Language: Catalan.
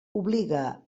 obliga